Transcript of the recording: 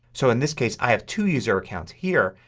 so in this case i have two user accounts here.